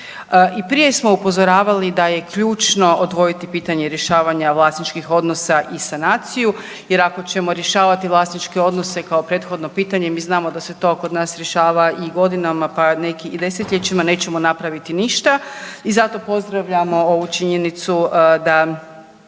I prije smo upozoravali da je ključno odvojiti pitanje rješavanja vlasničkih odnosa i sanaciju jer ako ćemo rješavati vlasničke odnose kao prethodno pitanje, mi znamo da se to kod nas rješava i godinama, pa neki i 10-ljećima, nećemo napraviti ništa i zato pozdravljamo ovu činjenicu da